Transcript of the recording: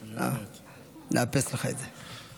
נאפס לך את זה.